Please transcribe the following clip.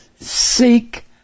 seek